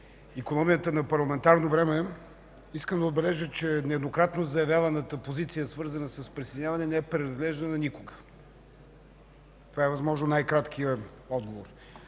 икономията на парламентарно време искам да отбележа, че нееднократно заявяваната позиция, свързана с присъединяване, не е преразглеждана никога. Това е възможно най-краткият отговор.